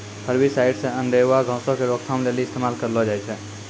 herbicides अनेरुआ घासो के रोकथाम लेली इस्तेमाल करलो जाय छै